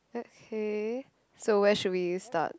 okay so where should we start